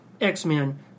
X-Men